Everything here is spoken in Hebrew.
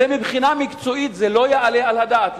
מבחינה מקצועית זה לא יעלה על הדעת.